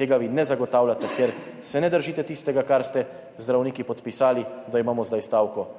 Tega vi ne zagotavljate, ker se ne držite tistega, kar ste z zdravniki podpisali, da imamo zdaj stavko,